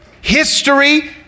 history